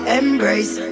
embrace